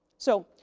so,